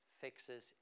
fixes